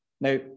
Now